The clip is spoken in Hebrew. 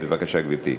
בבקשה, גברתי.